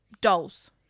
dolls